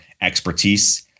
expertise